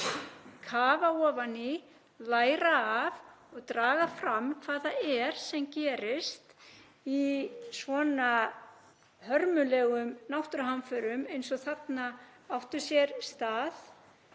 kafa ofan í, læra af og draga fram hvað það er sem gerist í svona hörmulegum náttúruhamförum eins og þarna áttu sér stað